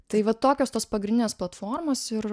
tai va tokios tos pagrindinės platformos ir